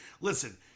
listen